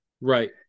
Right